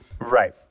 Right